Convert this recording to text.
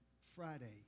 Friday